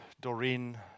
Doreen